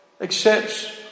accepts